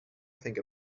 think